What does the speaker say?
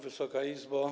Wysoka Izbo!